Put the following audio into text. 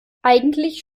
eigentlich